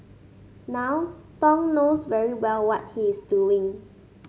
now Thong knows very well what he's doing